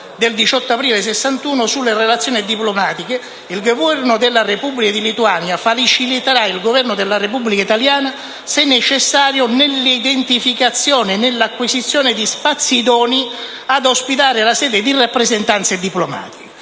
il Governo della Repubblica di Lituania faciliterà il Governo della Repubblica italiana, se necessario, nell'identificazione e nell'acquisizione di spazi idonei ad ospitare la sede delle rappresentanze diplomatiche